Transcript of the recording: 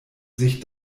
sich